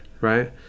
right